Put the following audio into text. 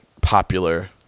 popular